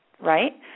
right